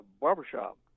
barbershop